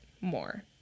more